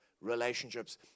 relationships